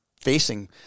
facing